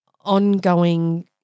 ongoing